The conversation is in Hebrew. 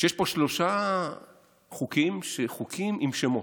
יש פה שלושה חוקים שהם חוקים עם שמות.